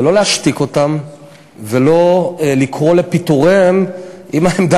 ולא להשתיק אותם ולא לקרוא לפיטוריהם אם העמדה